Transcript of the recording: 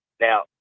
Now